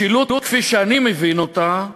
משילות, כפי שאני מבין אותה,